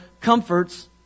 comforts